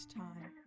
time